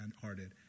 hearted